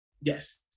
Yes